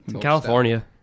California